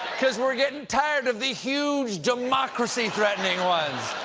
because we're getting tired of the huge, democracy-threatening ones.